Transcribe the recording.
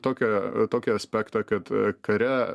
tokią tokį aspektą kad kare